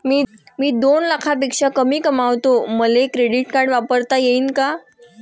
मी दोन लाखापेक्षा कमी कमावतो, मले क्रेडिट कार्ड वापरता येईन का?